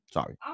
Sorry